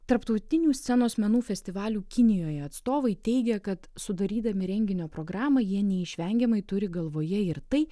tarptautinių scenos menų festivalių kinijoje atstovai teigia kad sudarydami renginio programą jie neišvengiamai turi galvoje ir tai